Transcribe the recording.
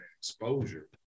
exposure